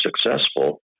successful